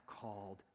called